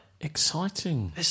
exciting